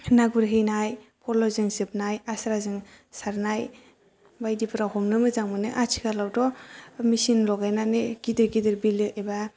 ना गुरहैनाय फल'जों जोबनाय आस्राजों सारनाय बायदिफ्राव हमनो मोजां मोनो आथिखालावथ' मेचिन लगायनानै दै गिदिर गिदिर बिलो एबा